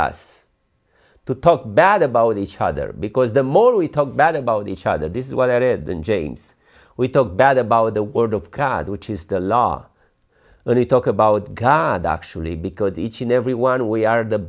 us to talk bad about each other because the more we talk bad about each other this is what i read than james we talk bad about the word of god which is the law when we talk about god actually because each and every one we are the